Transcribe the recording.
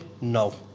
No